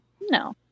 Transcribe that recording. No